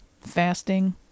fasting